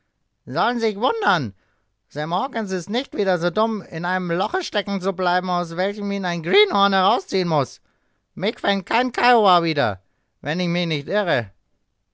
sollen sich wundern sam hawkens ist nicht wieder so dumm in einem loche stecken zu bleiben aus welchem ihn ein greenhorn herausziehen muß mich fängt kein kiowa wieder wenn ich mich nicht irre